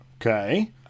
okay